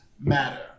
matter